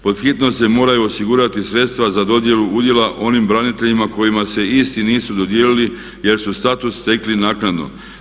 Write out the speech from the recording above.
Pod hitno se moraju osigurati sredstva za dodjelu udjela onim braniteljima kojima se isti nisu dodijelili jer su status stekli naknadno.